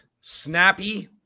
snappy